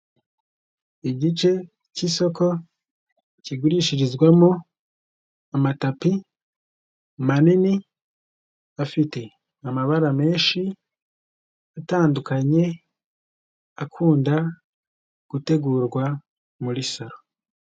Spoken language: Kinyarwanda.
Igice cy'isoko kigurishirizwamo amatapi manini afite amabara menshi atandukanye akunda gutegurwa muri salo.